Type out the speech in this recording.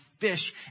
fish